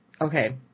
okay